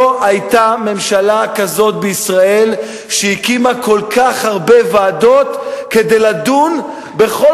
לא היתה ממשלה כזאת בישראל שהקימה כל כך הרבה ועדות כדי לדון בכל